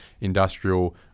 industrial